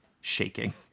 shaking